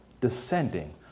descending